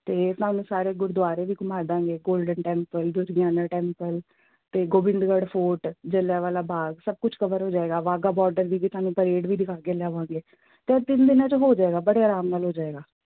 ਅਤੇ ਤੁਹਾਨੂੰ ਸਾਰੇ ਗੁਰਦੁਆਰੇ ਵੀ ਘੁੰਮਾਂ ਦਾਂਗੇ ਗੋਲਡਨ ਟੈਂਪਲ ਦੁਰਗਿਆਣਾ ਟੈਂਪਲ ਅਤੇ ਗੋਬਿੰਦਗੜ੍ਹ ਫੋਰਟ ਜਲ੍ਹਿਆਂ ਵਾਲਾ ਬਾਗ ਸਭ ਕੁਛ ਕਵਰ ਹੋ ਜਾਏਗਾ ਵਾਹਗਾ ਬੋਡਰ ਦੀ ਵੀ ਤੁਹਾਨੂੰ ਪਰੇਡ ਵੀ ਦਿਖਾ ਕੇ ਲਿਆਵਾਂਗੇ ਤਾਂ ਤਿੰਨ ਦਿਨਾਂ 'ਚ ਹੋ ਜਾਏਗਾ ਬੜੇ ਆਰਾਮ ਨਾਲ ਹੋ ਜਾਏਗਾ